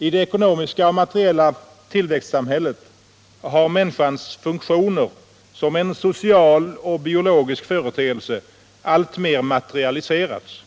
I det ekonomiska och materiella tillväxtsamhället har människans funktioner som en social och biologisk företeelse alltmer materialiserats.